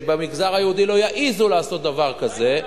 שבמגזר היהודי לא יעזו לעשות דבר כזה,